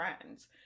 friends